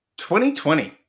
2020